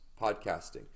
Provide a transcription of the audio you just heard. Podcasting